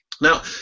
Now